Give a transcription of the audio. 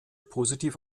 positiv